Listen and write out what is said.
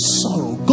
sorrow